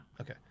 Okay